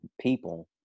people